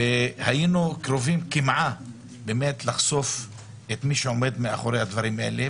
היינו קרובים קמעה באמת לחשוף את מי שעומד מאחורי הדברים האלה,